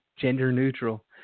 gender-neutral